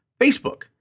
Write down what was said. Facebook